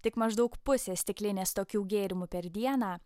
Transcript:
tik maždaug pusė stiklinės tokių gėrimų per dieną